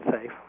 safe